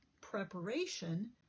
preparation